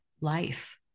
life